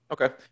Okay